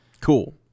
Cool